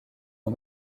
ont